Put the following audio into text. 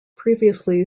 previously